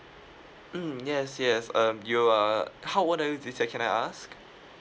mm yes yes um you are how old are you this year can I ask